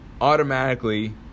automatically